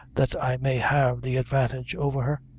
that i may have the advantage over her.